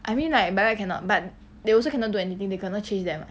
I mean like by right cannot but they also cannot do anything they cannot chase them [what]